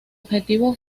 objetivo